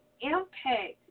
impact